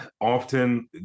often